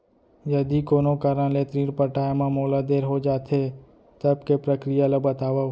यदि कोनो कारन ले ऋण पटाय मा मोला देर हो जाथे, तब के प्रक्रिया ला बतावव